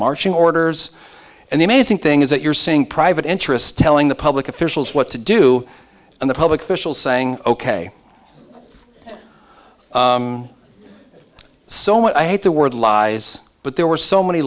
marching orders and the amazing thing is that you're seeing private interests telling the public officials what to do and the public officials saying ok so i hate the word lies but there were so many